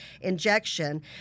injection